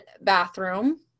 bathroom